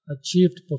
achieved